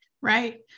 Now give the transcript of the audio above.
Right